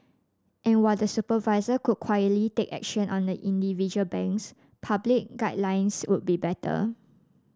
and while the supervisor could quietly take action on the individual banks public guidelines would be better